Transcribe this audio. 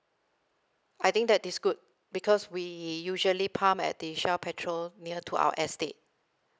I think that is good because we usually pump at the shell petrol near to our estate